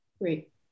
great